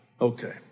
Okay